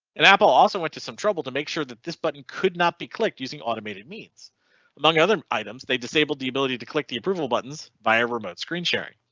and apple also went to some trouble to make sure that this button could not be clicked using automated means among other items they disabled the ability to click the approval buttons by a remote screen sharing.